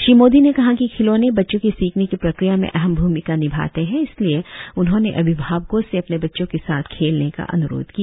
श्री मोदी ने कहा कि खिलौने बच्चों के सीखने की प्रक्रिया में अहम भूमिका निभाते हैं इसलिए उन्होंने अभिभावकों से अपने बच्चों के साथ खेलने का अन्रोध किया